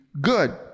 good